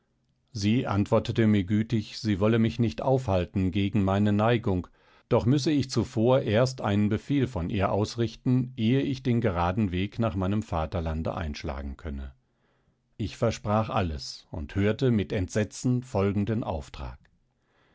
sie antwortete mir gütig sie wolle mich nicht aufhalten gegen meine neigung doch müsse ich zuvor erst einen befehl von ihr ausrichten ehe ich den geraden weg nach meinem vaterlands einschlagen könne ich versprach alles und hörte mit entsetzen folgenden auftrag